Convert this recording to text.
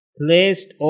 placed